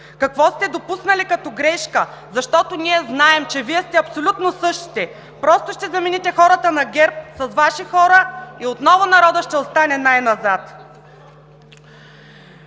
какво сте допуснали като грешка, защото ние знаем, че Вие сте абсолютно същите – просто ще замените хората на ГЕРБ с Ваши хора и отново народът ще остане най-назад.